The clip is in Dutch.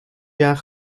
jaar